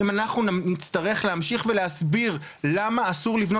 אם אנחנו נצטרך להמשיך ולהסביר למה אסור לבנות